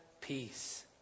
peace